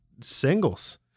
Singles